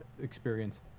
experience